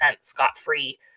scot-free